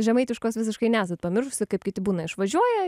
žemaitiškos visiškai nesat pamiršusi kaip kiti būna išvažiuoja